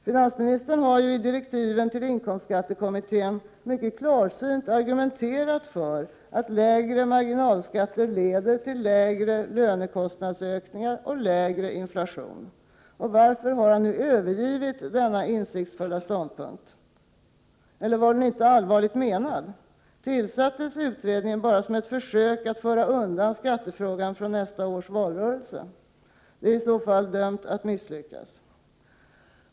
Finansministern har ju i direktiven till inkomstskattekommittén mycket klarsynt argumenterat för att lägre marginalskatter leder till lägre lönekostnadsökningar och lägre inflation. Varför har han nu övergivit denna insiktsfulla ståndpunkt? Eller var den inte allvarligt menad? Tillsattes utredningen bara som ett försök att föra undan skattefrågan från nästa års valrörelse? Det är i så fall dömt att misslyckas.